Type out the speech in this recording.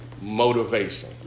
motivation